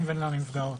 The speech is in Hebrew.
לנפגעים ולנפגעות.